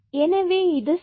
எனவே இது square